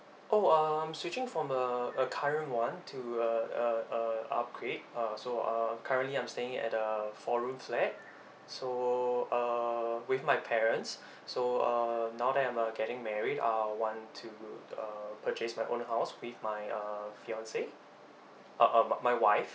oh I'm switching from uh a current one to a a a upgrade uh so uh currently I'm staying at the four room flat so uh with my parents so uh now that I'm uh getting married I want to uh purchase my own house with my uh fiance uh uh my wife